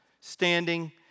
standing